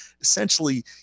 essentially